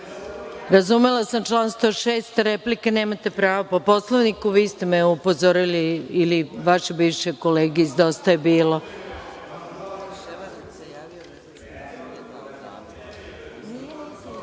Razumela sam član 106, replike, nemate pravo po Poslovniku. Vi ste me upozorili ili vaše bivše kolege iz DJB. Pričao